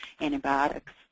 antibiotics